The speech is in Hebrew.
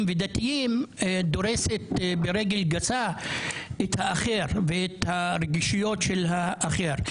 ודתיים דורסת ברגל גסה את הרגישויות של האחר.